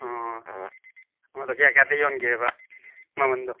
ꯑꯣ ꯑꯃꯗ ꯀꯌꯥ ꯀꯌꯥꯗ ꯌꯣꯟꯒꯦꯕ ꯃꯃꯜꯗꯣ